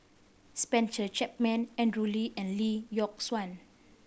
Spencer Chapman Andrew Lee and Lee Yock Suan